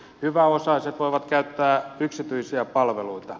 hyväosaiset voivat käyttää yksityisiä palveluita